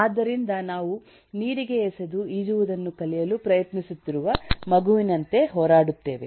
ಆದ್ದರಿಂದ ನಾವು ನೀರಿಗೆ ಎಸೆದು ಈಜುವುದನ್ನು ಕಲಿಯಲು ಪ್ರಯತ್ನಿಸುತ್ತಿರುವ ಮಗುವಿನಂತೆ ಹೋರಾಡುತ್ತೇವೆ